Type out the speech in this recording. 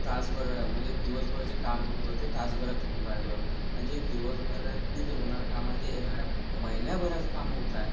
तासभर म्हणजे दिवसभर जे काम होत होतं ते तासभरात होऊन राहिलं म्हणजे दिवसभरातनी जे होणारं काम आहे ते येणाऱ्या महिनाभराचं काम होत आहे